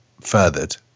furthered